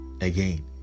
Again